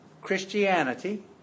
Christianity